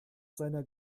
seiner